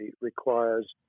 requires